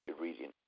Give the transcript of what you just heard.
reading